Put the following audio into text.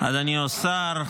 אדוני השר,